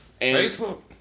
Facebook